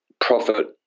profit